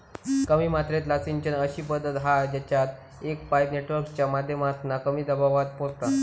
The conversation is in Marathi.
कमी मात्रेतला सिंचन अशी पद्धत हा जेच्यात एक पाईप नेटवर्कच्या माध्यमातना कमी दबावात पोचता